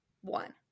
one